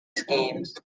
schemes